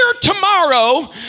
tomorrow